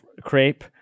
Crepe